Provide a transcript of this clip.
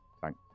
thank